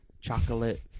chocolate